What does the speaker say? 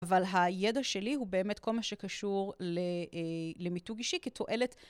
אבל הידע שלי הוא באמת כל מה שקשור למיתוג אישי כתועלת.